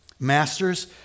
Masters